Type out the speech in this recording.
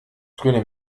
grüne